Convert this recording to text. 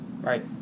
Right